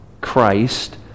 Christ